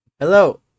Hello